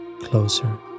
closer